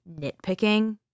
nitpicking